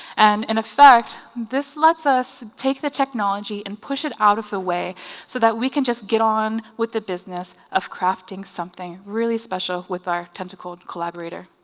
and in effect this lets us take the technology and push it out of the way so that we can just get on with the business of crafting something really special with our tentacled collaborator.